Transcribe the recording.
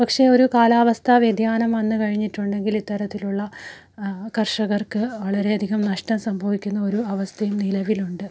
പക്ഷേ ഒരു കാലാവസ്ഥ വ്യതിയാനം വന്ന് കഴിഞ്ഞിട്ടുണ്ടെങ്കിൽ ഇത്തരത്തിലുള്ള കർഷകർക്ക് വളരെയധികം നഷ്ടം സംഭവിക്കുന്ന ഒരു അവസ്ഥയും നിലവിലുണ്ട്